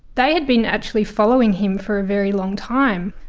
they had been actually following him for a very long time,